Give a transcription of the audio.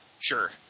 Sure